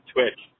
Twitch